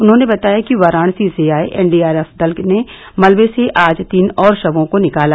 उन्होंने बताया कि वाराणसी से आए एनडीआरएफ दल ने मलबे से आज तीन और शवों को निकाला